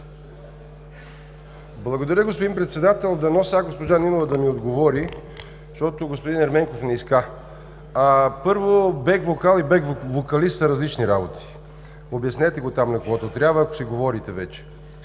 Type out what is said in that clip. Благодаря, господин Председател. Дано сега госпожа Нинова да ми отговори, защото господин Ерменков не иска. Първо, „беквокал“ и „беквокалист“ са различни работи. Обяснете го там на когото трябва, ако си говорите вече.